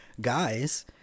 guys